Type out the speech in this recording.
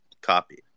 copied